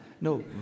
no